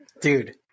Dude